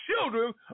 children